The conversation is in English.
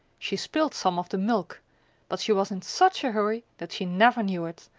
she spilled some of the milk but she was in such a hurry that she never knew it,